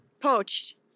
Poached